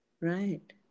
Right